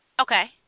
Okay